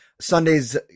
Sunday's